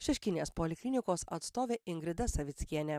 šeškinės poliklinikos atstovė ingrida savickienė